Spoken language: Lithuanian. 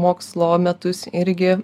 mokslo metus irgi